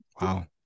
Wow